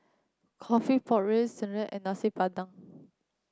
coffee Pork Ribs serunding and Nasi Padang